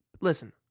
listen